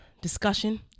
discussion